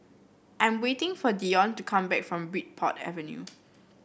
I'm waiting for Deon to come back from Bridport Avenue